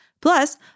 Plus